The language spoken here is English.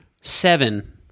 seven